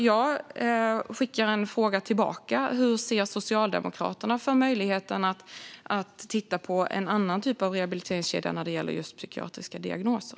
Jag skickar en fråga tillbaka: Hur ser Socialdemokraterna på möjligheten att titta på en annan typ av rehabiliteringskedja när det gäller just psykiatriska diagnoser?